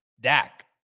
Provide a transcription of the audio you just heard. Dak